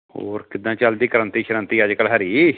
ਹੋਰ ਕਿੱਦਾਂ ਚੱਲਦੀ ਕ੍ਰਾਂਤੀ ਸ਼ਰੰਤੀ ਅੱਜ ਕੱਲ੍ਹ ਹਰੀ